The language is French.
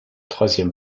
troisième